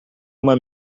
uma